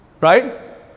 right